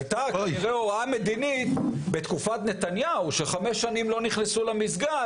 הייתה כנראה הוראה מדינית בתקופת נתניהו שחמש שנים לא נכנסו למסגד.